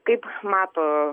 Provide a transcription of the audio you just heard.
kaip mato